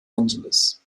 angeles